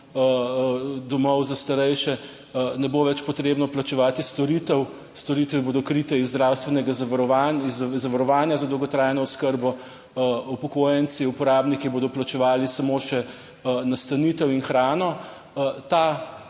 domov za starejše ne bo več potrebno plačevati storitev, storitve bodo krite iz zdravstvenega zavarovanja, iz zavarovanja za dolgotrajno oskrbo, upokojenci, uporabniki bodo plačevali samo še nastanitev in hrano, ta